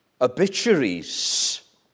obituaries